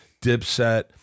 Dipset